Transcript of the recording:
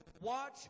watch